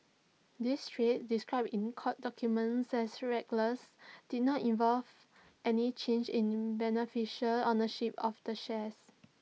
these trades described in court documents as reckless did not involve any change in beneficial ownership of the shares